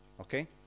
okay